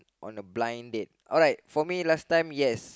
on a blind date alright for me last time yes